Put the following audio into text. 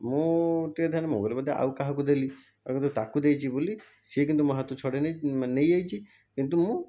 ମୁଁ ଟିକେ ଧ୍ୟାନ ମୁଁ କହିଲି ବୋଧେ ଆଉ କାହାକୁ ଦେଲି ତା ପରେ ତାକୁ ଦେଇଛି ବୋଲି ସିଏ କିନ୍ତୁ ମୋ ହାତରୁ ଛଡ଼େଇ ନେଇ ମାନେ ନେଇଯାଇଛି କିନ୍ତୁ ମୁଁ